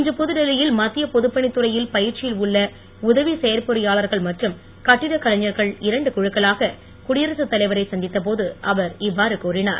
இன்று புதுடெல்லியில் மத்திய பொதுப்பணித் துறையில் பயிற்சியில் உள்ள உதவி செயற் பொறியாளர்கள் மற்றும் கட்டிட கலைஞர்கள் இரண்டு குழுக்களாக குடியரசுத் தலைவரை சந்தித்த போது அவர் இவ்வாறு கூறினார்